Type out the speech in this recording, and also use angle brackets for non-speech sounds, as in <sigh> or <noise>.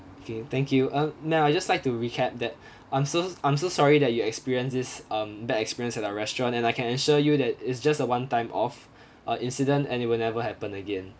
okay thank you uh ma'am I'd just like to recap that <breath> I'm so I'm so sorry that you experienced this um bad experience at our restaurant and I can assure you that it's just a one time off <breath> uh incident and it will never happen again